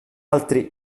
altri